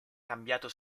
cambiato